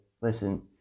listen